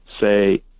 say